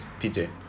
PJ